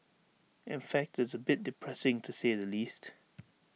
in fact it's A bit depressing to say at the least